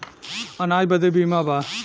अनाज बदे बीमा बा